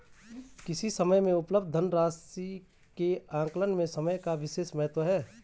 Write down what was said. किसी समय में उपलब्ध धन राशि के आकलन में समय का विशेष महत्व है